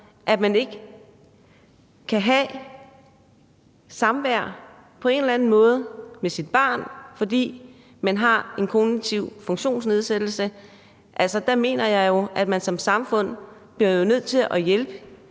at man ikke på en eller anden måde kan have et samvær med sit barn, fordi man har en kognitiv funktionsnedsættelse. Der mener jeg jo, at vi som samfund bliver nødt til at hjælpe